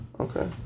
Okay